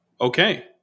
Okay